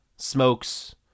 Smokes